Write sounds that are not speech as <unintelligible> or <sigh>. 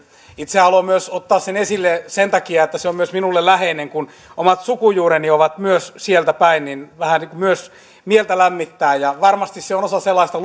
itse haluan ottaa sen esille sen takia että se on myös minulle läheinen kun myös omat sukujuureni ovat sieltä päin niin vähän myös mieltä lämmittää ja varmasti se on osa sellaista <unintelligible>